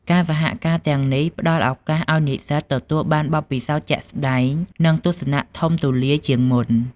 ការសហការណ៍ទាំងនេះផ្តល់ឱកាសឲ្យនិស្សិតទទួលបានបទពិសោធន៍ជាក់ស្តែង និងទស្សនៈធំទូលាយជាងមុន។